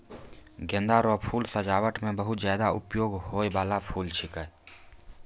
गेंदा रो फूल सजाबट मे बहुत ज्यादा उपयोग होय बाला फूल छिकै